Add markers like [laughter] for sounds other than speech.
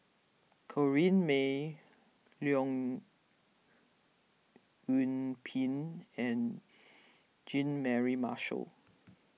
Corrinne May Leong Yoon Pin and [noise] Jean Mary Marshall